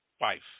wife